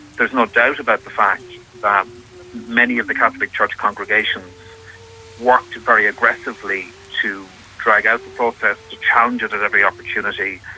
there's no doubt about the fact that many of the catholic church congregations worked very aggressively to drag out the process, to challenge it at every opportunity.